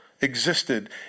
existed